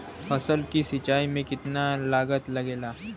फसल की सिंचाई में कितना लागत लागेला?